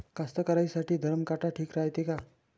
कास्तकाराइसाठी धरम काटा ठीक रायते का?